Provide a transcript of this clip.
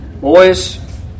Boys